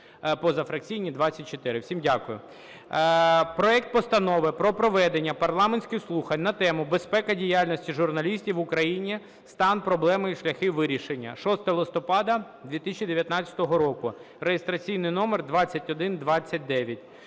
позафракційні – 24. Всім дякую. Проект Постанови про проведення парламентських слухань на тему: "Безпека діяльності журналістів в Україні: стан, проблеми і шляхи їх вирішення" (6 листопада 2019 року) (реєстраційний номер 2129).